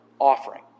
offering